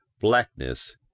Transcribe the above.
blackness